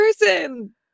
person